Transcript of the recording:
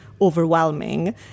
overwhelming